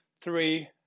three